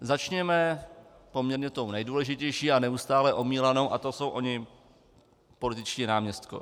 Začněme poměrně tou nejdůležitější a neustále omílanou a to jsou oni političtí náměstkové.